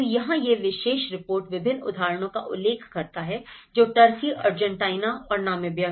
तो यहां यह विशेष रिपोर्ट विभिन्न उदाहरणों का उल्लेख करता है जैसे टर्की अर्जेंटीना और नामीबिया